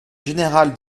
général